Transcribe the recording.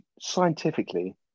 scientifically